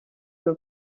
que